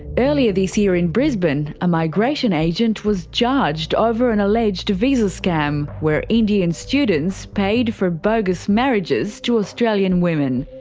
earlier this year in brisbane, a migration agent was charged over an alleged visa scam where indian students paid for bogus marriages to australian women.